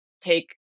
take